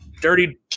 dirty